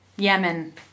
Yemen